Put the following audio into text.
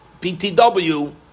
PTW